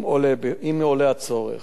אם עולה הצורך.